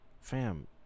fam